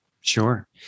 Sure